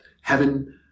Heaven